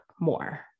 More